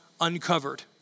uncovered